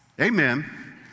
Amen